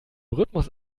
rhythmus